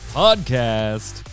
podcast